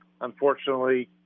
Unfortunately